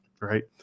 right